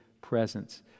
presence